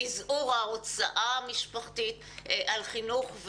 מזעור ההוצאה המשפחתית על חינוך,